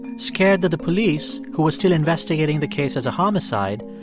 scared that the police, who were still investigating the case as a homicide,